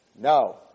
No